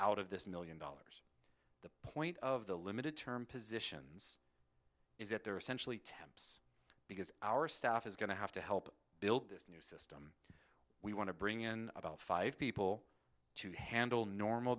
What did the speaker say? out of this million dollars the point of the limited term positions is that they're essentially temps because our staff is going to have to help build this news we want to bring in about five people to handle normal